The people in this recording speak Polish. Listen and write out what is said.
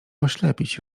oślepić